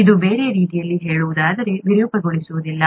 ಇದು ಬೇರೆ ರೀತಿಯಲ್ಲಿ ಹೇಳುವುದಾದರೆ ವಿರೂಪಗೊಳಿಸುವುದಿಲ್ಲ